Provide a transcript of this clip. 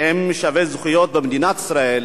שווי זכויות במדינת ישראל,